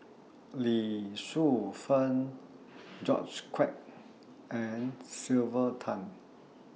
Lee Shu Fen George Quek and Sylvia Tan